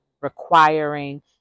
requiring